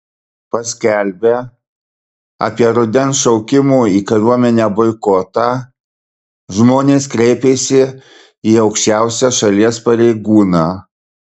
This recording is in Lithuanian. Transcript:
paskelbę apie rudens šaukimo į kariuomenę boikotą žmonės kreipėsi į aukščiausią šalies pareigūną